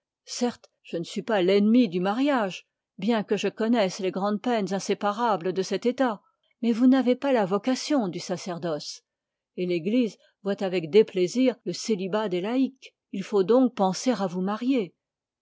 certes je ne suis pas l'ennemie du mariage bien que je connaisse les grandes peines inséparables de cet état mais vous n'avez pas la vocation du sacerdoce et l'église voit avec déplaisir le célibat des laïques il faut donc penser à vous marier